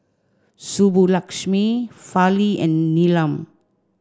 Subbulakshmi Fali and Neelam